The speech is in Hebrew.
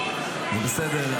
זה בסדר,